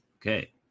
Okay